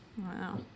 Wow